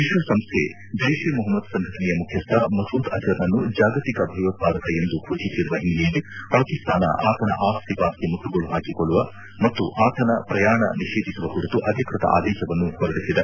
ವಿಶ್ವಸಂಸ್ಥೆ ಜೈಷ್ ಎ ಮೊಹಮ್ಮದ್ ಸಂಘಟನೆಯ ಮುಖ್ಯಸ್ಥ ಮಸೂದ್ ಅಜರ್ನನ್ನು ಜಾಗತಿಕ ಭಯೋತ್ಪಾದಕ ಎಂದು ಫೋಷಿಸಿರುವ ಹಿನ್ನೆಲೆಯಲ್ಲಿ ಪಾಕಿಸ್ತಾನ ಆತನ ಆಸ್ತಿ ಪಾಸ್ತಿ ಮುಟ್ಟುಗೋಲು ಹಾಕಿಕೊಳ್ಳುವ ಮತ್ತು ಆತನ ಪ್ರಯಾಣ ನಿಷೇಧಿಸುವ ಕುರಿತು ಅಧಿಕೃತ ಆದೇಶವನ್ನು ಹೊರಡಿಸಿದೆ